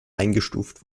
eingestuft